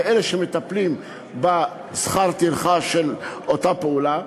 לאלה שמטפלים בשכר הטרחה של אותה פעולה.